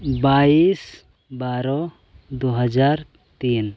ᱵᱟᱭᱤᱥ ᱵᱟᱨᱚ ᱫᱩ ᱦᱟᱡᱟᱨ ᱛᱤᱱ